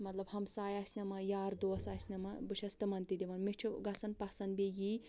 مَطلَب ہَمساے آسنَما یار دوس آسنَما بہٕ چھَس تِمن تہِ دِوان مےٚ چھُ گَژھان پَسَنٛد یی